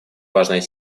важной